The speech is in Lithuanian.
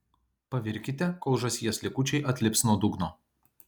pavirkite kol žąsies likučiai atlips nuo dugno